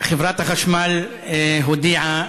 חברת החשמל הודיעה